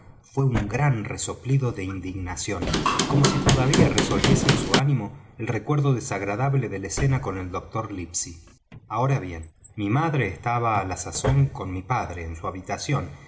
fué un gran resoplido de indignación como si todavía revolviese en su ánimo el recuerdo desagradable de la escena con el doctor livesey ahora bien mi madre estaba á la sazón con mi padre en su habitación